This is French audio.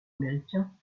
américain